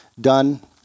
done